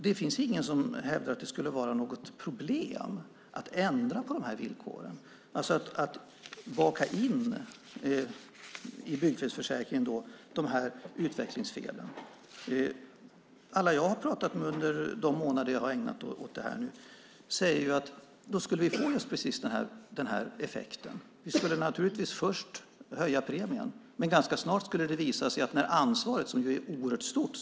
Det finns ingen som hävdar att det skulle vara något problem att ändra på villkoren och i byggfelsförsäkringen baka in utvecklingsfelen. Alla jag har talat med under de månader jag har ägnat åt detta säger att vi skulle få precis den effekten. Vi skulle först höja premien. Men ganska snart skulle det visa sig effekter för ansvaret, som är oerhört stort.